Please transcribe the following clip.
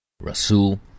Rasul